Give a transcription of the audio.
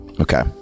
okay